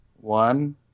One